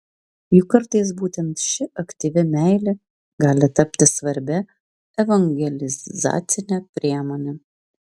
juk kartais būtent ši aktyvi meilė gali tapti svarbia evangelizacine priemone